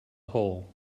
hole